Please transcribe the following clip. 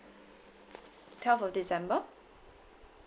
twelve of december